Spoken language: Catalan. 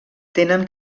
tenen